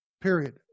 period